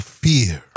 fear